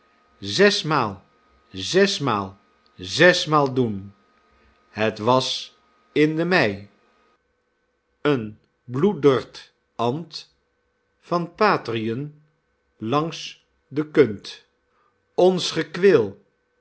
zes maal zesmaal doen het was in de mei een bloedrert ant van patertjen langs den kunt ons